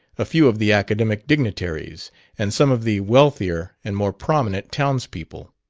a few of the academic dignitaries and some of the wealthier and more prominent townspeople.